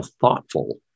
thoughtful